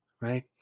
right